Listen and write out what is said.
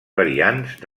variants